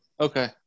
Okay